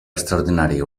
extraordinari